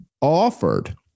offered